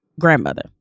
grandmother